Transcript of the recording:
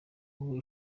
wowe